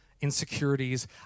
insecurities